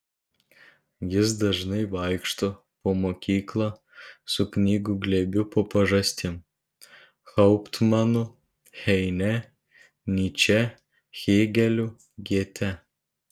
jis dažnai vaikšto po mokyklą su knygų glėbiu po pažastim hauptmanu heine nyče hėgeliu gėte